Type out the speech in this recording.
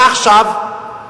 מה עכשיו?